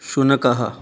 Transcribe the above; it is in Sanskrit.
शुनकः